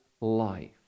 life